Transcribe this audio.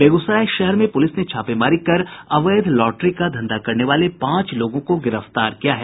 बेगूसराय शहर में पुलिस ने छापेमारी कर अवैध लॉटरी का धंधा करने वाले पांच लोगों को गिरफ्तार किया है